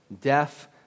deaf